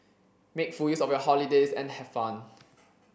make full use of your holidays and have fun